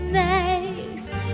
nice